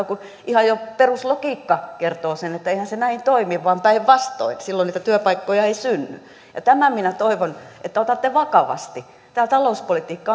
kun ihan jo peruslogiikka kertoo sen että eihän se näin toimi vaan päinvastoin silloin niitä työpaikkoja ei synny ja minä toivon että tämän otatte vakavasti tämä talouspolitiikka